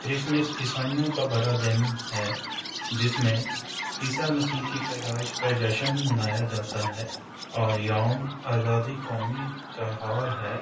Christmas عیسائیوں کا بڑا دن ہے جس میں عیسی مسیح کی پیدائش کا جشن منایا جاتا ہے اور یوم آزادی قومی تیوار ہے